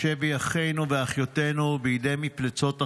ואחינו ואחיותינו בידי מפלצות החמאס.